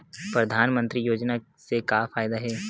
परधानमंतरी योजना से का फ़ायदा हे?